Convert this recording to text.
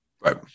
right